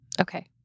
Okay